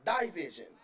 division